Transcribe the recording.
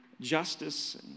justice